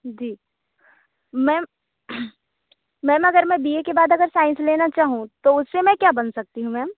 जी ma'am ma'am अगर मैं B A के बाद अगर साइंस लेना चाहूँ तो उस से मैं क्या बन सकती हूँ मैम